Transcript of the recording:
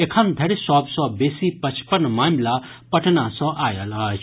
एखन धरि सभ सँ बेसी पचपन मामिला पटना सँ आयल अछि